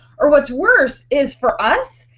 or what's worse is for us,